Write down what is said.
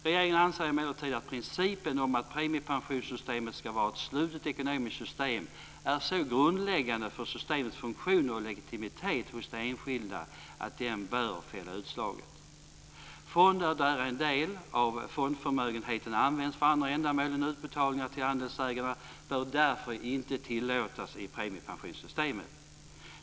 Regeringen anser emellertid att principen om att premiepensionssystemet ska vara ett slutet ekonomiskt system är så grundläggande för systemets funktion och legitimitet hos de enskilda att den bör fälla utslaget. Fonder där en del av fondförmögenheten används för andra ändamål än utbetalningar till andelsägarna bör därför inte tillåtas i premiepensionssystemet.